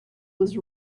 was